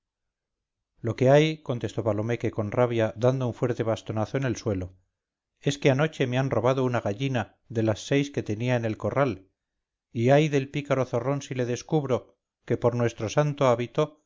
lo que hay contestó palomeque con rabia dando un fuerte bastonazo en el suelo es que anoche me han robado una gallina de las seis que tenía en el corral y ay del pícaro zorrón si le descubro que por nuestro santo hábito